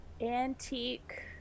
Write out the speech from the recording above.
antique